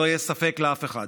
שלא יהיה ספק לאף אחד,